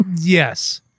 Yes